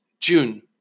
June